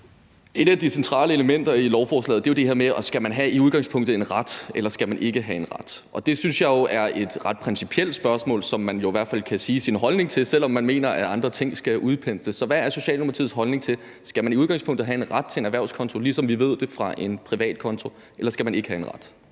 skal have en ret eller ikke skal have en ret. Det synes jeg er et ret principielt spørgsmål, som man i hvert fald kan udtrykke sin holdning til, selv om man mener, at andre ting skal udpensles. Så hvad er Socialdemokratiets holdning: Skal man i udgangspunktet have en ret til en erhvervskonto, ligesom vi kender det fra en privat konto, eller skal man ikke have en ret?